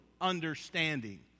understanding